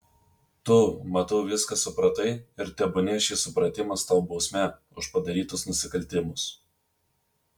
tu matau viską supratai ir tebūnie šis supratimas tau bausmė už padarytus nusikaltimus